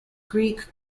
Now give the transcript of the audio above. greek